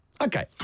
okay